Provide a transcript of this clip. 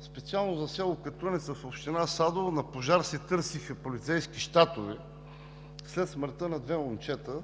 специално за село Катуница, в община Садово на пожар се търсеха полицейски щатове, след смъртта на две момчета